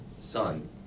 son